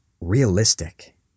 realistic